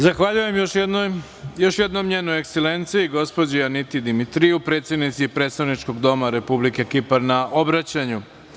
Zahvaljujem još jednom, Njenoj Ekselenciji, gospođi Aniti Dimitriju, predsednici predstavničkog doma Republike Kipar na obraćanju.